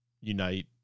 unite